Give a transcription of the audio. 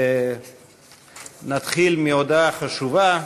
נתחיל מהודעה חשובה,